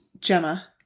Gemma